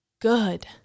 good